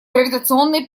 гравитационной